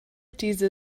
diese